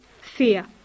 fear